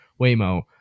waymo